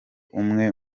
umwe